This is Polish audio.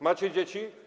Macie dzieci?